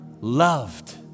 loved